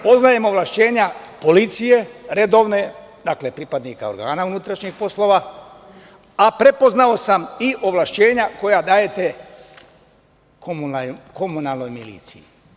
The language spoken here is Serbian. Poznajem ovlašćenja policije, redovne, dakle, pripadnika organa unutrašnjih poslova, a prepoznao sam i ovlašćenja koja dajete komunalnoj miliciji.